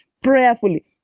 prayerfully